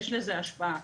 יש לזה השפעה.